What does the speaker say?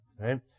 Right